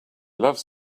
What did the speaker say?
loves